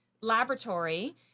laboratory